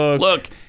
Look